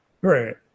Right